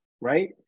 right